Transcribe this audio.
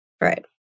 Right